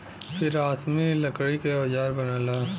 फिर आसमी लकड़ी के औजार बनला